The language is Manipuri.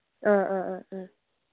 ꯑ ꯑ ꯑ ꯑ